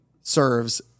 serves